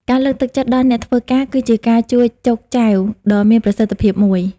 ការលើកទឹកចិត្តដល់អ្នកធ្វើការ គឺជាការជួយ «ចូកចែវ» ដ៏មានប្រសិទ្ធភាពមួយ។